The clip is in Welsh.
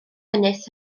ynys